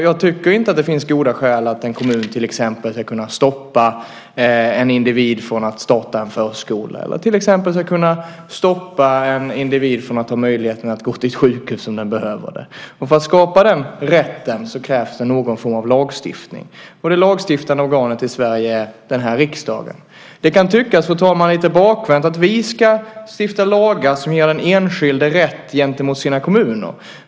Jag tycker inte att det finns goda skäl att en kommun till exempel ska kunna stoppa en individ från att starta en förskola eller till exempel ska kunna stoppa en individ från att ha möjligheten att gå till ett sjukhus om den behöver det. För att skapa den rätten krävs det någon form av lagstiftning. Det lagstiftande organet i Sverige är den här riksdagen. Fru talman! Det kan tyckas lite bakvänt att vi ska stifta lagar som ger den enskilde rätt gentemot sina kommuner.